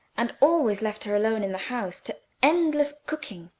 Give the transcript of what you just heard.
and always left her alone in the house to endless cooking,